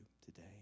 today